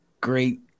great